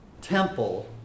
temple